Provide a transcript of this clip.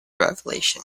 revelation